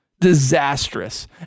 disastrous